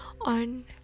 on